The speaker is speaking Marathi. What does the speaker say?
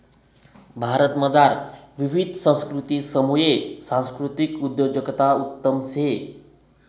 भारतमझार विविध संस्कृतीसमुये सांस्कृतिक उद्योजकता उत्तम शे